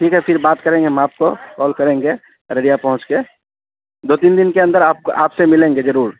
ٹھیک ہے پھر بات کریں گے ہم آپ کو کال کریں گے ردیا پہنچ کے دو تین دن کے اندر آپ آپ سے ملیں گے ضرور